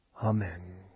Amen